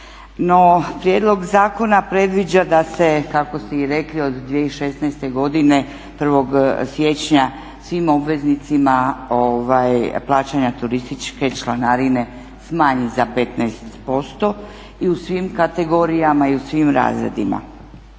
prijedlog zakona predviđa da se kako ste i rekli od 2016. godine 1. siječnja svim obveznicima plaćanja turističke članarine smanji za 15% i u svim kategorijama i u svim razredima